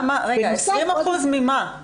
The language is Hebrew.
20% ממה?